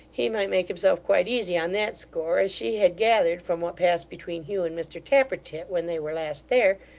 he might make himself quite easy on that score as she had gathered, from what passed between hugh and mr tappertit when they were last there,